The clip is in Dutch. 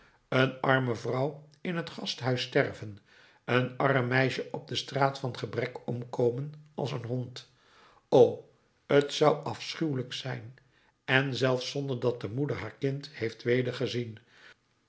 een arme vrouw in t gasthuis sterven een arm meisje op de straat van gebrek omkomen als een hond o t zou afschuwelijk zijn en zelfs zonder dat de moeder haar kind heeft